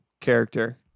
character